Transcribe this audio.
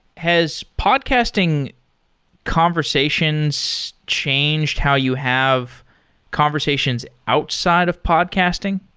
has podcasting conversations changed how you have conversations outside of podcasting?